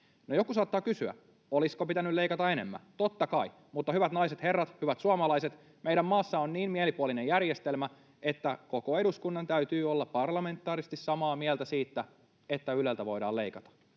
joku saattaa kysyä, olisiko pitänyt leikata enemmän. Totta kai, mutta, hyvät naiset ja herrat, hyvät suomalaiset, meidän maassa on niin mielipuolinen järjestelmä, että koko eduskunnan täytyy olla parlamentaarisesti samaa mieltä siitä, että Yleltä voidaan leikata.